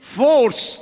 force